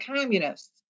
communists